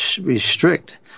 restrict